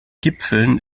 gipfeln